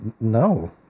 no